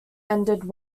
ended